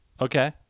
Okay